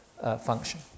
function